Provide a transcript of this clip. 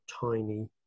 tiny